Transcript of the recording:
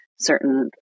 certain